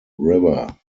river